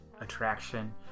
attraction